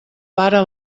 pare